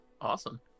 Awesome